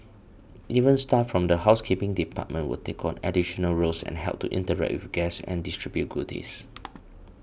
even staff from the housekeeping department will take on additional roles and help to interact with guests and distribute goodies